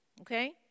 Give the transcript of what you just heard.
Okay